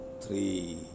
three